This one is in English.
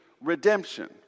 redemption